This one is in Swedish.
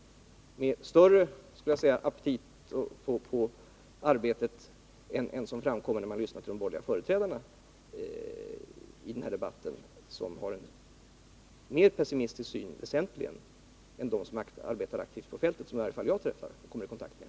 De gör det med större aptit än man skulle tro när man lyssnar till de borgerliga företrädarna i den här debatten; de har väsentligen en mera pessimistisk syn än de som arbetar aktivt på fältet — i varje fall än dem som jag kommer i kontakt med.